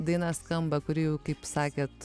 daina skamba kuri jau kaip sakėt